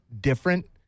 different